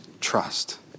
trust